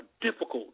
difficult